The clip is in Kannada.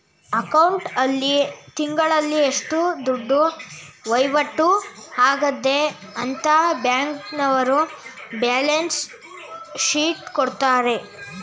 ಅಕೌಂಟ್ ಆಲ್ಲಿ ತಿಂಗಳಲ್ಲಿ ಎಷ್ಟು ದುಡ್ಡು ವೈವಾಟು ಆಗದೆ ಅಂತ ಬ್ಯಾಂಕ್ನವರ್ರು ಬ್ಯಾಲನ್ಸ್ ಶೀಟ್ ಕೊಡ್ತಾರೆ